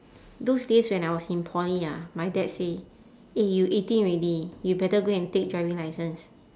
those days when I was in poly ah my dad say eh you eighteen already you better go and take driving licence